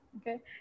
okay